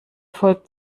folgt